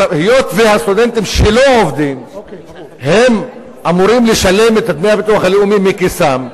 היות שהסטודנטים שלא עובדים אמורים לשלם את דמי הביטוח הלאומי מכיסם,